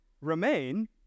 remain